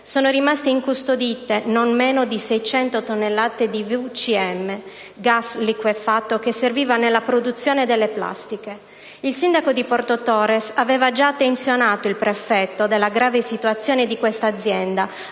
sono rimaste incustodite non meno di 600 tonnellate di VCM, gas liquefatto che serviva nella produzione delle plastiche. Il sindaco di Porto Torres aveva già attenzionato il prefetto sulla grave situazione di questa azienda,